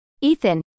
Ethan